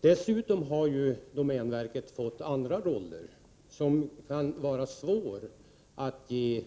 Dessutom har ju domänverket fått andra roller, som kan vara svåra att ge